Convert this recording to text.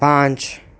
પાંચ